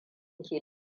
ke